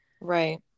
Right